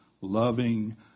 loving